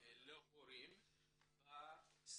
להורים עולים חדשים,